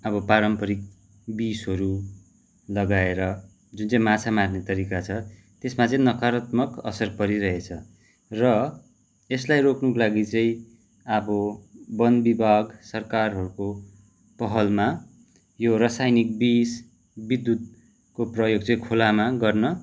अब पारम्परिक विषहरू लगाएर जुन चाहिँ माछा मार्ने तरिका छ त्यसमा चाहिँ नकारात्मक असर परिरहेछ र यसलाई रोक्नुको लागि चाहिँ अब वन विभाग सरकारहरूको पहलमा यो रसायनिक विष विद्युत्को प्रयोग चाहिँ खोलामा गर्न